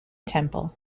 temple